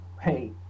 hey